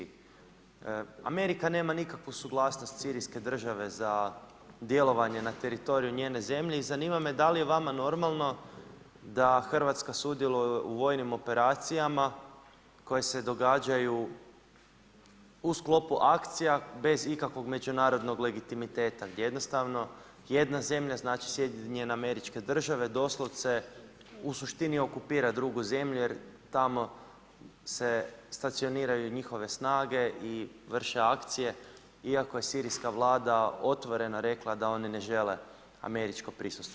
Amerika nema nikakvu suglasnost … države za djelovanje na teritoriju njene zemlje i zanima me da li je vama normalno da Hrvatska sudjeluje u vojnim operacijama koje se događaju u sklopu akcija bez ikakvog međunarodnog legitimiteta, gdje jednostavno jedna zemlja znači SAD doslovce u suštini okupira drugu zemlju, jer tamo se stacioniraju njihove snage i vrše akcije, iako je sirijska vlada otvoreno rekla da oni ne žele američko prisustvo.